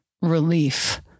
relief